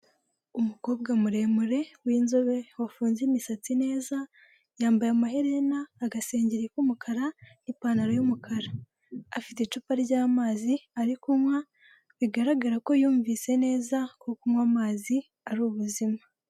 Umukobwa muremure w'inzobe wafunze imisatsi neza, yambaye amaherena, agasengeri k'umukara n'ipantaro y'umukara, afite icupa ry'amazi ari kunywa bigaragara ko yumvise neza ko kunywa amazi ari ubuzima.